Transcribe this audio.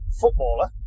footballer